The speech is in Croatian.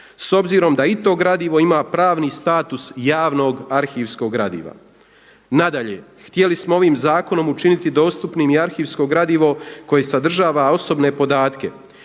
s obzirom da i to gradivo ima pravni status javnog arhivskog gradiva. Nadalje, htjeli smo ovim zakonom učiniti dostupnim i arhivsko gradivo koje sadržava osobne podatke